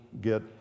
get